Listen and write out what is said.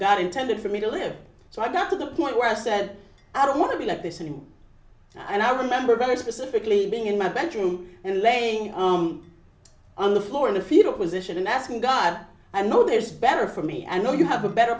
that intended for me to live so i got to the point where i said i don't want to be like this in him and i remember very specifically being in my bedroom and laying on the floor in the fetal position and asking god i know there's better for me and know you have a better